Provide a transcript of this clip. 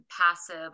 passive